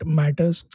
matters